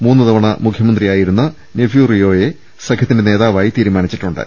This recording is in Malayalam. മൂന്നുതവണ മുഖ്യമന്ത്രിയാ യിരുന്ന നൈഫ്യൂ റിയോ യെ സഖ്യത്തിന്റെ നേതാവായി തീരു മാനിച്ചിട്ടുണ്ട്